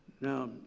Now